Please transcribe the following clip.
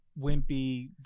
wimpy